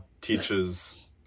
teaches